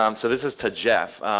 um so this is to jeff.